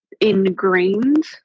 ingrained